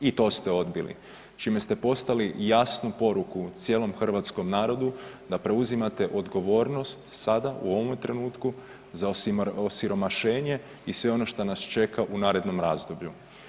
I to ste odbili čime ste poslali jasnu poruku cijelom hrvatskom narodu da preuzimate odgovornost sada u ovome trenutku za osiromašenje i sve ono šta nas čeka u narednom razdoblju.